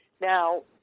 Now